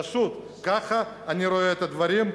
פשוט ככה אני רואה את הדברים,